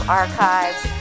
archives